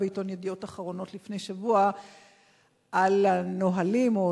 בעיתון "ידיעות אחרונות" לפני שבוע על הנהלים או